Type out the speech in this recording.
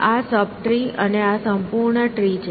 આ sub tree અને આ સંપૂર્ણ ટ્રી છે